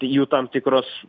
jų tam tikros